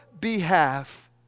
behalf